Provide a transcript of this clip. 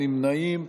אין נמנעים.